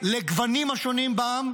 לגוונים השונים בעם,